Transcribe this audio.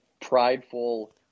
prideful